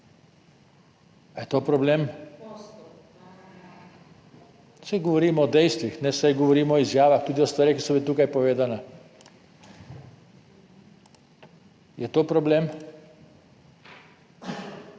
je to problem? Saj govorimo o dejstvih, saj govorimo o izjavah, tudi o stvareh, ki so bile tukaj povedane. Je to problem?